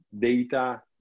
data